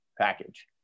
package